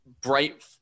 bright